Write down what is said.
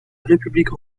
république